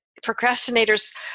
procrastinators